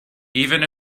even